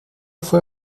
fue